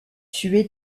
tué